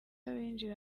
abinjira